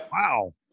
Wow